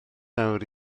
nawr